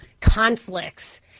conflicts